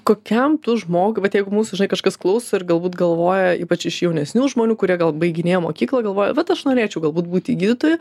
kokiam žmogui vat jeigu mūsų žinai kažkas klauso ir galbūt galvoja ypač iš jaunesnių žmonių kurie gal baiginėja mokyklą galvoja vat aš norėčiau galbūt būti gydytoju